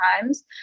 times